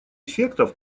эффектов